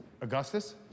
Augustus